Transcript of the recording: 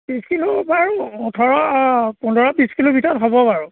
বিছ কিলো বাৰু ওঁঠৰ পোন্ধৰ বিছ কিলো ভিতৰত হ'ব বাৰু